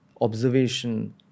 observation